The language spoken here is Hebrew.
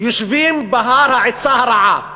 יושבים בהר העצה הרעה,